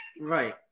Right